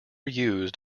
used